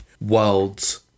world's